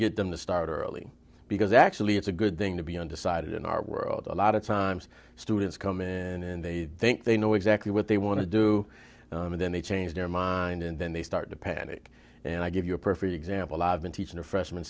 get them to start early because actually it's a good thing to be undecided in our world a lot of times students come in and they think they know exactly what they want to do and then they change their mind and then they start to panic and i give you a perfect example i've been teaching a freshman